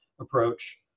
approach